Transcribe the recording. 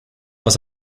was